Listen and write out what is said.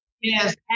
Yes